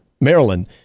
Maryland